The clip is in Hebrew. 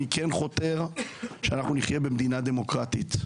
אני כן חותר שנחיה במדינה דמוקרטית.